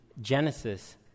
Genesis